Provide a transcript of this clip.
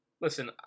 Listen